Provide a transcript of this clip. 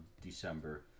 December